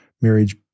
marriage